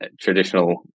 traditional